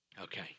Okay